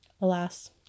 alas